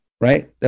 Right